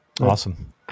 Awesome